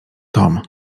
tom